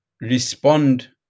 respond